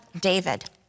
David